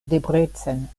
debrecen